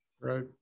right